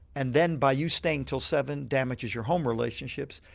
and then by you staying till seven damages your home relationships,